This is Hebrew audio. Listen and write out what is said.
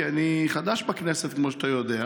כי אני חדש בכנסת, כמו שאתה יודע.